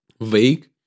vague